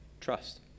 trust